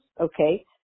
Okay